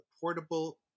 portable